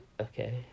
Okay